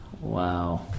Wow